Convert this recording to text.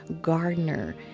gardener